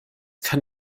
kann